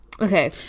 Okay